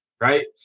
right